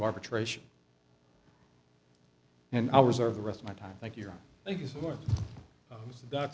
arbitration and hours of the rest of my time thank you thank you for th